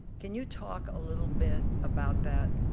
can you talk a little bit about that?